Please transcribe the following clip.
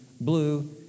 blue